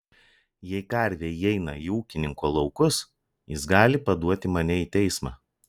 jei karvė įeina į ūkininko laukus jis gali paduoti mane į teismą